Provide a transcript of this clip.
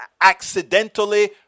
accidentally